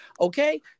okay